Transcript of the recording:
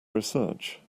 research